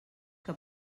que